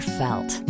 felt